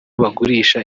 bagurisha